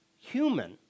human